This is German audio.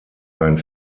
ein